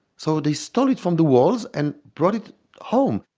so they stole it from the walls and brought it home!